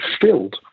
filled